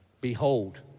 Behold